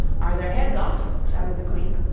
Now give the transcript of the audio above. are their heads off shouted the queen.